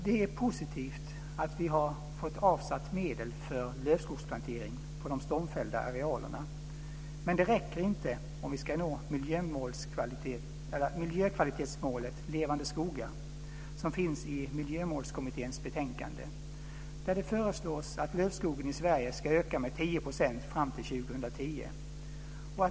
Det är positivt att vi har fått avsatt medel för lövskogsplantering på de stormfällda arealerna. Men det räcker inte om vi ska nå miljökvalitetsmålet "Levande Skogar" som finns i Miljömålskommitténs betänkande, där det föreslås att lövskogen i Sverige ska öka med 10 % fram till 2010.